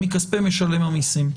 משלם המסים.